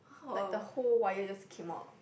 like the whole wire just came out